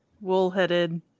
Wool-headed